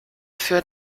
für